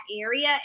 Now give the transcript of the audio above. area